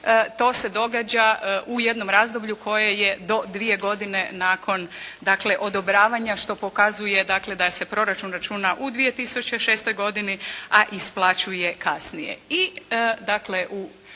to se događa u jednom razdoblju koje je do dvije godine nakon, dakle, odobravanja što pokazuje dakle, da se proračun računa u 2006. godini a isplaćuje kasnije.